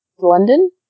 London